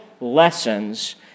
lessons